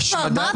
על מה אתה מדבר?